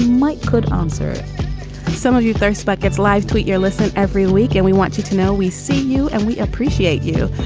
might could answer some of you spike its live. tweet your listen every week and we want you to know we see you and we appreciate you.